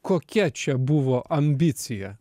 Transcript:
kokia čia buvo ambicija